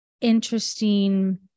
interesting